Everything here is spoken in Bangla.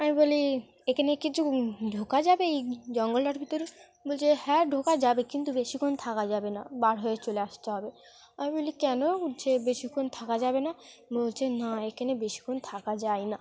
আমি বলি এখানে কিছু ঢোকা যাবে এই জঙ্গলটার ভিতরে বলছে হ্যাঁ ঢোকা যাবে কিন্তু বেশিক্ষণ থাকা যাবে না বার হয়ে চলে আসতে হবে আমি বলি কেন যে বেশিক্ষণ থাকা যাবে না বলছে না এখানে বেশিক্ষণ থাকা যায় না